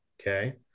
Okay